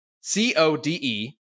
C-O-D-E